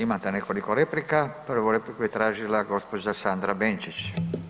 Imate nekoliko replika, prvu repliku je tražila gđa. Sandra Benčić.